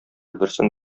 берсен